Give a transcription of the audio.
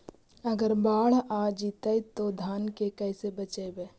अगर बाढ़ आ जितै तो धान के कैसे बचइबै?